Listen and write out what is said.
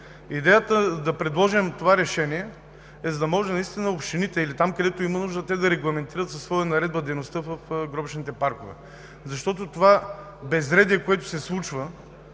Идеята да предложим това решение е, за да могат общините там, където има нужда, да регламентират със своя наредба дейността в гробищните паркове. Защото това безредие, което се случва